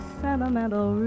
sentimental